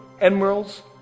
emeralds